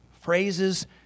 phrases